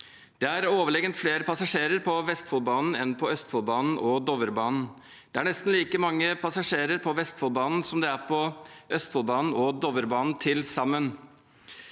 Det er overlegent flere passasjerer på Vestfoldbanen enn på Østfoldbanen og Dovrebanen. Det er nesten like mange passasjerer på Vestfoldbanen som det er på Østfoldbanen og Dovrebanen til sammen.